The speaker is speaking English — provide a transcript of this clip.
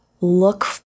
look